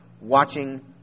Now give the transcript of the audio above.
watching